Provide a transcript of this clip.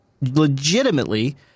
legitimately